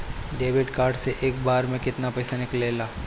Debit card से एक बार मे केतना पैसा निकले ला?